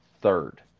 third